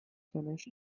finish